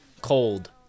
Cold